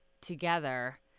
together